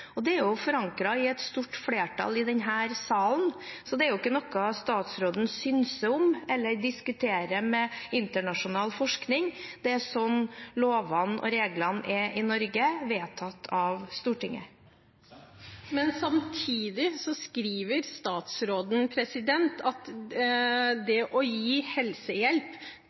Det er jo forankret i et stort flertall i denne salen, så det er ikke noe statsråden synser om eller diskuterer med internasjonal forskning om. Det er slik lovene og reglene er i Norge, vedtatt av Stortinget. Men statsråden skriver at det å gi helsehjelp